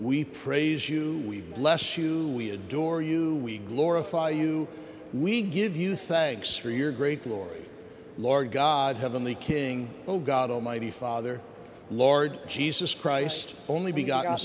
we praise you we bless shoes we adore you we glorify you we give you thanks for your great glory large god heavenly king oh god almighty father lord jesus christ only be got